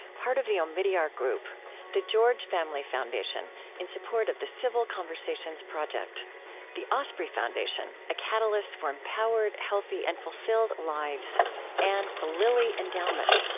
part of the omidyar group the george family foundation, in support of the civil conversations project the osprey foundation a catalyst for empowered, healthy, and fulfilled lives and the lilly endowment,